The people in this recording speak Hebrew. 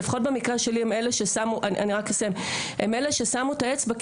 לפחות במקרה שלי הם אלה ששמו את האצבע,